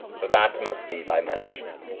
for that must be thy mansion,